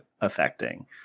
affecting